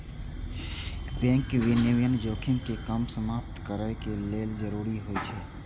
bank विनियमन जोखिम कें कम या समाप्त करै लेल जरूरी होइ छै